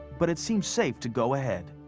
but it seemed safe to go ahead.